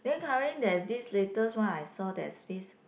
then currently there is this latest one I saw there's this